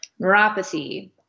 neuropathy